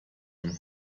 beim